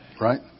Right